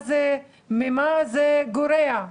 ממה זה גורע?